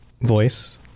voice